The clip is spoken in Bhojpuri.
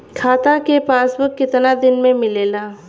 खाता के पासबुक कितना दिन में मिलेला?